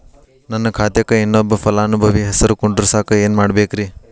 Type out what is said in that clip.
ನನ್ನ ಖಾತೆಕ್ ಇನ್ನೊಬ್ಬ ಫಲಾನುಭವಿ ಹೆಸರು ಕುಂಡರಸಾಕ ಏನ್ ಮಾಡ್ಬೇಕ್ರಿ?